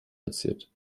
verziert